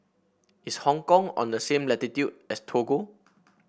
is Hong Kong on the same latitude as Togo